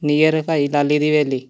near ਭਾਈ ਲਾਲੀ ਦੀ ਹਵੇਲੀ